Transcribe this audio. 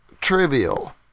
Trivial